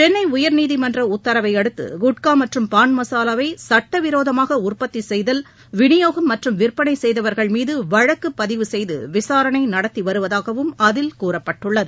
சென்னை உயர்நீதிமன்ற உத்தரவையடுத்து வழக்குப் பதிவு செய்து குட்கா மற்றும் பான் மசாலாவை சட்ட விரோதமாக உற்பத்தி செய்தல் விநியோகம் மற்றும் விற்பனை செய்தவர்கள் மீது வழக்குப் பதிவு செய்து விசாரணை நடத்தி வருவதாகவும் அதில் கூறப்பட்டுள்ளது